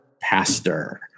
pastor